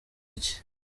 iki